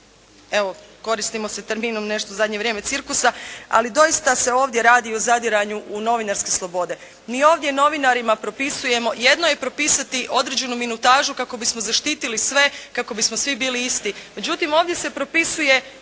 evo, koristimo se terminom nešto u zadnje vrijeme cirkusa, ali doista se ovdje radi u zadiranju u novinarske slobode. Mi ovdje novinarima propisujemo, jedno je propisati određenu minutažu kako bismo zaštitili sve, kako bismo svi bili isti. Međutim, ovdje se propisuje